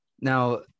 now